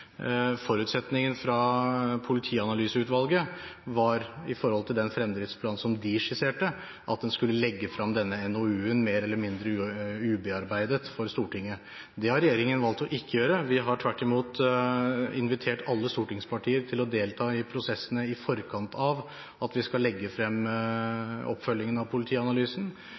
Forutsetningen fra Politianalyseutvalget var, i forhold til den fremdriftsplanen som de skisserte, at en skulle legge frem denne NOU-en mer eller mindre ubearbeidet for Stortinget. Det har regjeringen valgt ikke å gjøre. Vi har tvert imot invitert alle stortingspartier til å delta i prosessene i forkant av at vi skal legge frem oppfølgingen av Politianalysen.